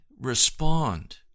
respond